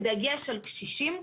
בדגש על קשישים.